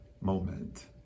moment